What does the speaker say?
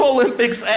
Olympics